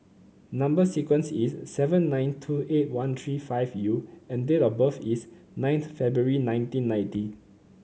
number sequence is S seven nine two eight one three five U and date of birth is ninth February nineteen ninety